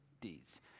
deeds